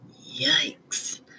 Yikes